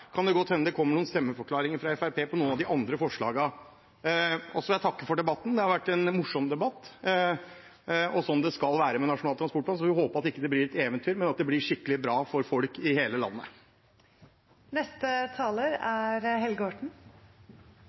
kan det godt hende det kommer noen stemmeforklaringer fra Fremskrittspartiet på noen av de andre forslagene. Så vil jeg takke for debatten. Det har vært en morsom debatt, sånn det skal være med Nasjonal transportplan. Så får vi håpe at det ikke blir et eventyr, men at det blir skikkelig bra for folk i hele